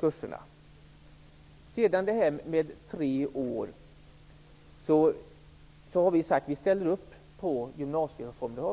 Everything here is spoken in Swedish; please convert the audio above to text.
kurserna. När det gäller det treåriga gymnasiet har vi sagt att vi ställer upp på gymnasiereformen.